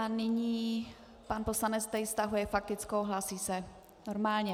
Nyní pan poslanec Tejc stahuje faktickou, hlásí se normálně.